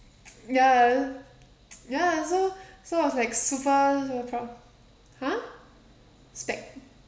ya ya so so I was like super super proud !huh! spec~